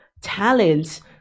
talents